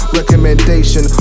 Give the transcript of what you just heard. recommendation